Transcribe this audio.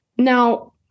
Now